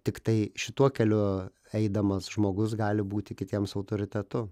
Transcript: tiktai šituo keliu eidamas žmogus gali būti kitiems autoritetu